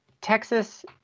Texas